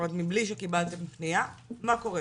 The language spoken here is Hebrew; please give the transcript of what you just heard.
עוד מבלי שקיבלתם פנייה - מה קורה,